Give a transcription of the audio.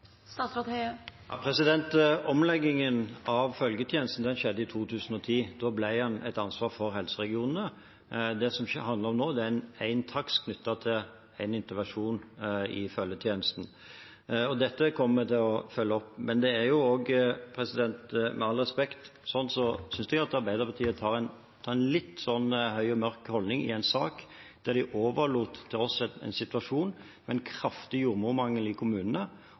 Omleggingen av følgetjenesten skjedde i 2010. Da ble den et ansvar for helseregionene. Det det handler om nå, er en takst knyttet til intervensjon i følgetjenesten. Dette kommer jeg til å følge opp. Det er også, med all respekt, sånn at jeg synes Arbeiderpartiet tar en litt høy og mørk-holdning i en sak der de overlot til oss en situasjon med en kraftig jordmormangel i kommunene.